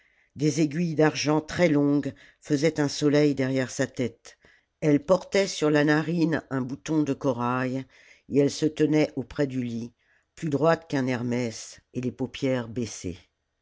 des aiguilles d'argent très longues faisaient un soleil derrière sa tête elle portait sur la narine un bouton de corail et elle se tenait auprès du lit plus droite qu'un hermès et les paupières baissées